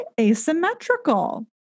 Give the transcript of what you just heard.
asymmetrical